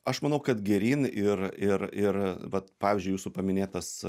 aš manau kad geryn ir ir ir vat pavyzdžiui jūsų paminėtas